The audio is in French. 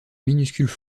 minuscules